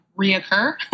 reoccur